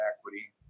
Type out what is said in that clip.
equity